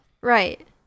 right